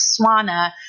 SWANA